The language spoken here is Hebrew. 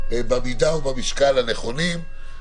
במידה ובמשקל הנכונים.